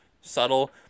subtle